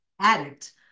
addict